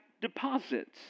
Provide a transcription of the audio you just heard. deposits